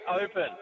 open